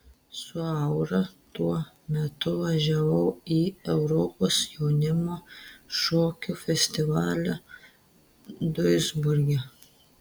su aura tuo metu važiavau į europos jaunimo šokių festivalį duisburge